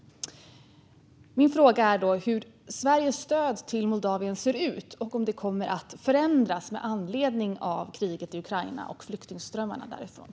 Min fråga är: Hur ser Sveriges stöd till Moldavien ut, och kommer det att förändras med anledning av kriget i Ukraina och flyktingströmmarna därifrån?